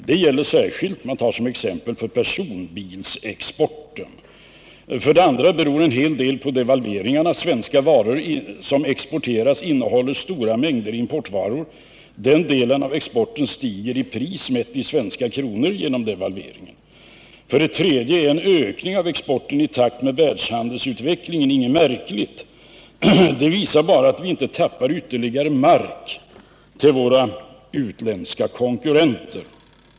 Det gäller särskilt för personbilsexporten. För det andra beror en hel del på devalveringarna. Svenska varor som exporteras innehåller stora mängder importvaror. Den delen av exporten har stigit i pris mätt i svenska kronor genom devalveringen. För det tredje är en ökning av exporten i takt med världshandelsutvecklingen inget märkligt. Det visar bara att vi inte tappar ytterligare mark till våra utländska konkurrenter.